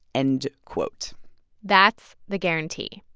end quote that's the guarantee.